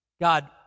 God